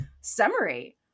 summary